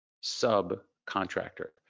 sub-contractor